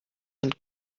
and